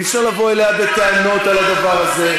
אי-אפשר לבוא אליה בטענות על הדבר הזה.